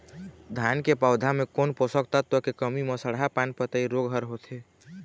धान के पौधा मे कोन पोषक तत्व के कमी म सड़हा पान पतई रोग हर होथे?